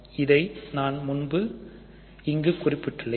இதை நான் முன்பு இங்கு குறிப்பிட்டுள்ளேன்